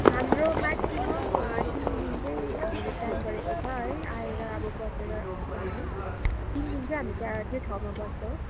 हाम्रो म्याक्सिमम तिन दिन चाहिँ हामीले प्लान गरेको छ है आएर अब बसेर जाने तिन दिन चाहिँ हामी त्यहाँ त्यो ठाउँमा बस्छौँ